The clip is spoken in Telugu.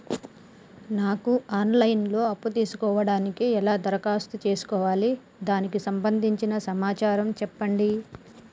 నాకు ఆన్ లైన్ లో అప్పు తీసుకోవడానికి ఎలా దరఖాస్తు చేసుకోవాలి దానికి సంబంధించిన సమాచారం చెప్పండి?